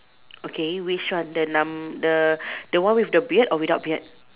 okay which one the num~ the the one with the beard or without beard